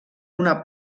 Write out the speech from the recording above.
una